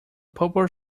purple